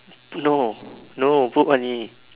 no no put money